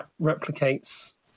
replicates